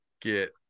get